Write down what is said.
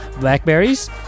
Blackberries